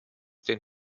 den